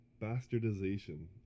bastardization